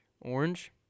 Orange